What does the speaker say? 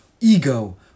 Ego